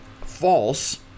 false